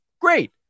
Great